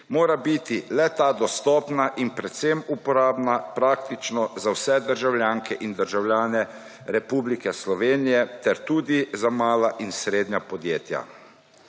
mora biti le-ta dostopna in predvsem uporabna praktično za vse državljanke in državljane Republike Slovenije ter tudi za mala in srednja podjetja.